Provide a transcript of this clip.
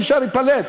מי שנשאר ייפלט,